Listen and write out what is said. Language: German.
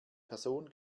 person